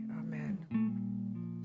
amen